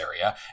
area